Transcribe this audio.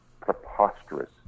preposterous